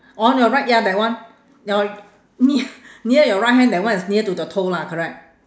on your right ya that one your nea~ near your right hand that one is near to the toe lah correct